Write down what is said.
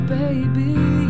baby